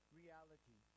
reality